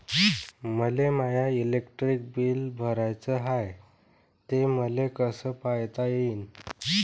मले माय electric bill भराचं हाय, ते मले कस पायता येईन?